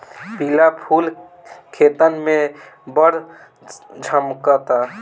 पिला फूल खेतन में बड़ झम्कता